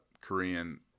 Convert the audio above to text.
Korean